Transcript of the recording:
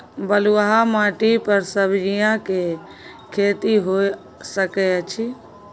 बलुआही माटी पर सब्जियां के खेती होय सकै अछि?